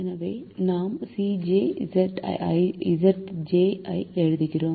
எனவே நாம் Cj Zj ஐ எழுதுகிறோம்